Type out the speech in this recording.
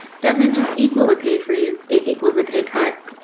doesn't just equal a pay freeze. it equals a pay cut.